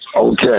Okay